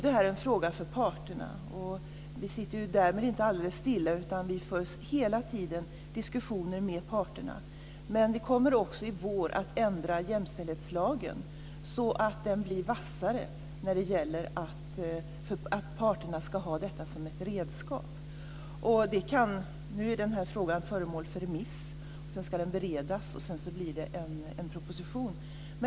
Detta är en fråga för parterna men därmed sitter vi inte alldeles stilla, utan vi för hela tiden diskussioner med parterna. Till våren kommer vi att ändra jämställdhetslagen så att den blir vassare när det gäller detta med att parterna ska ha det här som ett redskap. Frågan är nu föremål för ett remissförfarande. Sedan ska detta beredas och därefter blir det en proposition.